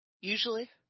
Usually